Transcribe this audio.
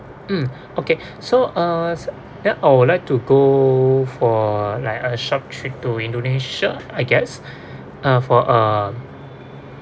mm okay so uh s~ I would like to go for like a short trip to indonesia I guess uh for uh